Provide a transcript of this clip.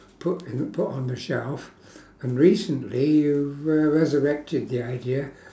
put in put on the shelf and recently you've uh resurrected the idea